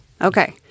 Okay